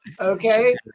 Okay